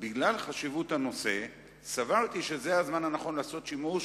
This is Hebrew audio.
בגלל חשיבות הנושא סברתי שזה הזמן הנכון לעשות שימוש